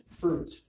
fruit